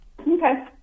Okay